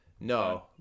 No